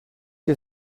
you